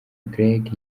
greg